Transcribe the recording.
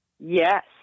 Yes